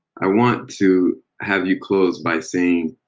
i want to have you close by saying